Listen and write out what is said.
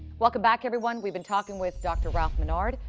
welcome back, everyone. we've been talking with dr. ralph menard,